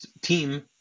team